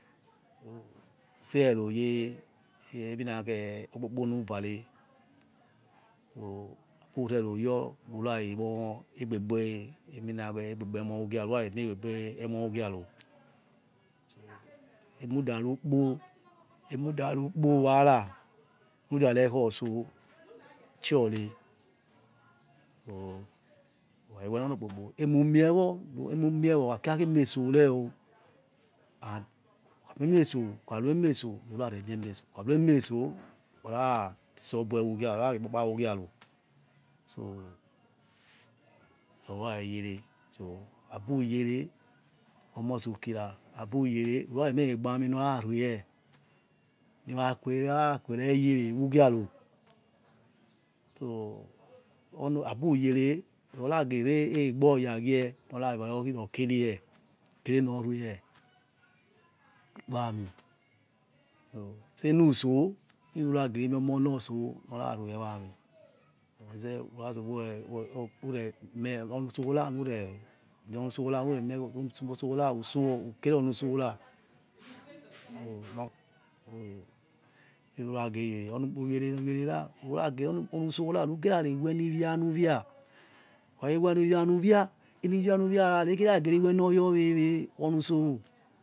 waeroyoi emina khe ikpu kpu nuvare aburero yor rurare moi egbe emor ugiaro emutarukpo emu darukpo wara nuda rekhotso choi re wehinpr emumie wo okhakira emesore o emeso orakpa kpa whogiaro so who rare yere abu yere omosi ykira abu yere rurare mi egbe gbi ami norare niwaque wara quere yere who fiaro to abiyere rora gieriegbegboya gie onarigho nor khi rikerie okernor rue wam tsenuso iruragerimoi oninortso nor rarue wa ami we en onuts onutso ra utso ukere onuso iruage yere anuso nusora rugerare wena iwia nuwia ha urere wena iwia nu wia enuwiena oyaowewe onu so